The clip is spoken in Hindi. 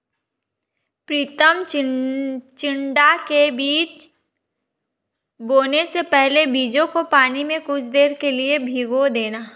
प्रितम चिचिण्डा के बीज बोने से पहले बीजों को पानी में कुछ देर के लिए भिगो देना